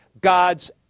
God's